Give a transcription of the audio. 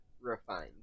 refined